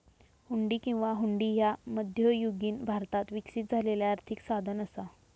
हुंडी किंवा हुंडी ह्या मध्ययुगीन भारतात विकसित झालेला आर्थिक साधन असा